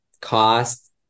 Cost